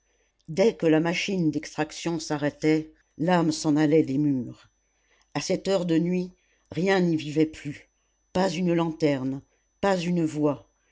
dès que la machine d'extraction s'arrêtait l'âme s'en allait des murs a cette heure de nuit rien n'y vivait plus pas une lanterne pas une voix